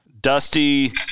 Dusty